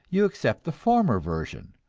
you accept the former version,